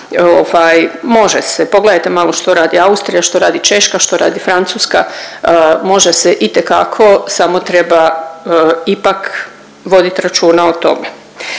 može se, pogledajte malo što radi Austrija, što radi Češka, što radi Francuska, može se itekako, samo treba ipak vodit računa o tome.